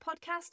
podcast